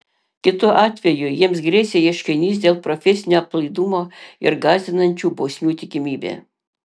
kitu atveju jiems grėsė ieškinys dėl profesinio aplaidumo ir gąsdinančių bausmių tikimybė